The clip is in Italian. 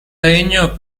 legno